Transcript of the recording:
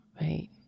right